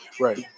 right